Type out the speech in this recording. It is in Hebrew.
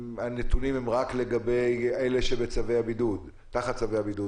הנתונים הם רק לגבי אלה שהם תחת צווי הבידוד